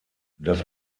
das